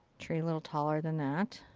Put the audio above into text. tree a little taller than that.